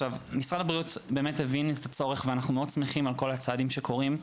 אנחנו מאוד שמחים על כל הצעדים שקורים: